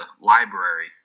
library